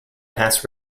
past